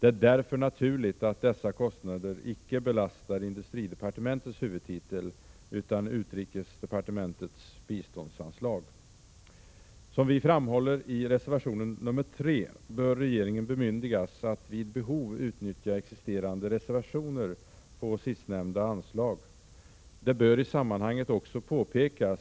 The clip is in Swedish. Det är därför naturligt att dessa kostnader icke belastar industridepartementets huvudtitel, utan utrikesdepartementets biståndsanslag. Som vi framhåller i reservation nr 3, bör regeringen bemyndigas att vid behov utnyttja existerande reservationer på sistnämnda anslag. Det bör i samman hanget också påpekas,